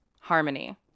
Harmony